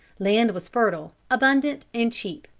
land was fertile, abundant and cheap.